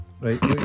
right